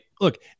Look